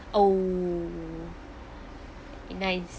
oh nice